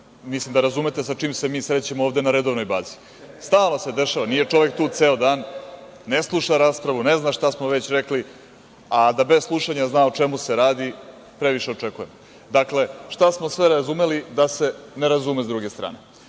mislim da razumete sa čim se mi srećemo ovde na redovnoj bazi. Stalno se dešava, nije tu čovek ceo dan, ne sluša raspravu, ne zna šta smo već rekli, a da bez slušanja zna o čemu se radi previše očekujemo. Dakle, šta smo sve razumeli da se ne razume sa druge strane.